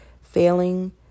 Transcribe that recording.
failing